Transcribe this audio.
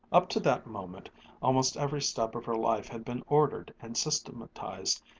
up to that moment almost every step of her life had been ordered and systematized,